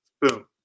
Boom